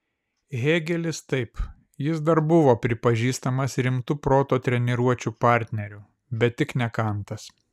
hėgelis taip jis dar buvo pripažįstamas rimtu proto treniruočių partneriu bet tik ne kantas